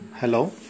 Hello